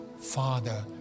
Father